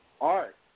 art